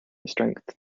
strength